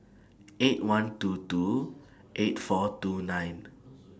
eight one two two eight four two nine